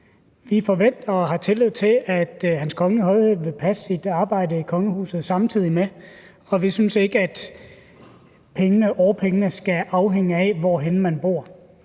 Vi forventer og har tillid til, at Hans Kongelige Højhed Prins Joachim vil passe sit arbejde i kongehuset samtidig med det, og vi synes ikke, at årpengene skal afhænge af, hvor man bor.